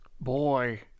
Boy